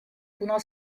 kuna